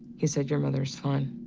he said, your mother is fine